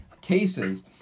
cases